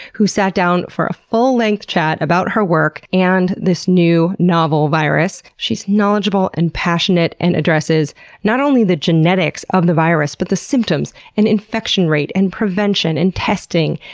who sat down for a full-length chat about her work and this new, novel virus. she's knowledgeable and passionate and addresses not only the genetics of the virus, but the symptoms, and infection rate, and prevention, and testing,